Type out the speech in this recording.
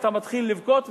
אתה מתחיל לבכות ולהגיד,